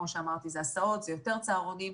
כמו שאמרתי, זה הסעות ויותר צהרונים.